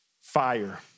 fire